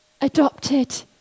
adopted